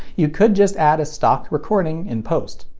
you could just add a stock recording in post.